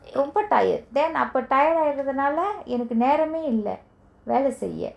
ரொம்ப:romba tired then அப:apa tired ஆயிரதுனால எனக்கு நேரமே இல்ல வேல செய்ய:aayirathunala enaku nerame illa vela seiya